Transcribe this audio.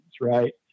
right